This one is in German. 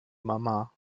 mama